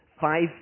five